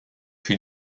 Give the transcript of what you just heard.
fut